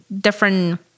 different